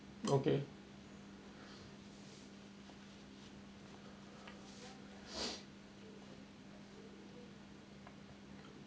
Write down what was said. okay